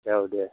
औ दे